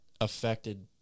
affected